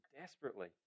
desperately